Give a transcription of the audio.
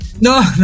No